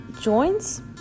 joints